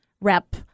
rep